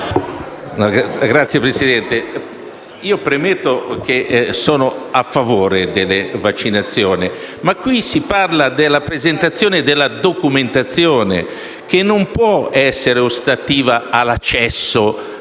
Signor Presidente, premetto che sono a favore delle vaccinazioni. L'emendamento 3.40 parla della presentazione della documentazione che non può essere ostativa all'accesso